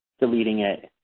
deleting it,